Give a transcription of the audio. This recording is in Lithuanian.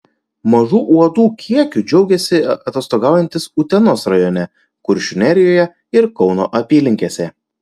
mažu uodų kiekiu džiaugėsi atostogaujantys utenos rajone kuršių nerijoje ir kauno apylinkėse